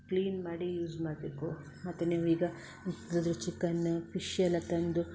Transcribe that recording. clean ಮಾಡಿ use ಮಾಡಬೇಕು ಮತ್ತೆ ನೀವೀಗ ಚಿಕನ್ ಫಿಶ್ ಎಲ್ಲ ತಂದು